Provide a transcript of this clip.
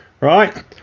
right